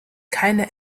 keine